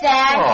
Dad